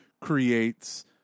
creates